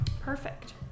Perfect